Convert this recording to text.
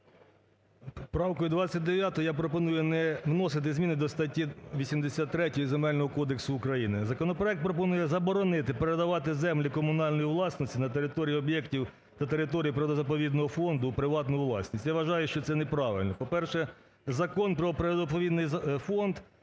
Правкою 29 я пропоную не вносити зміни до статті 83 Земельного кодексу України. Законопроект пропонує заборонити передавати землі комунальної власності на території об'єктів та територій природно-заповідного фонду у приватну власність. Я вважаю, що це неправильно. По-перше, Закон про природно-заповідний фонд,